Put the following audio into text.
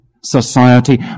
society